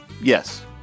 Yes